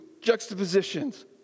juxtapositions